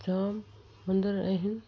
जाम मंदर आहिनि